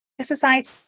society